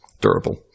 durable